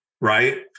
right